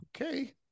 okay